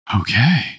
okay